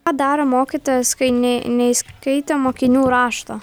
daro mokytojas kai ne neįskaitė mokinių rašto